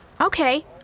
Okay